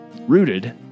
Rooted